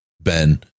Ben